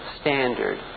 standard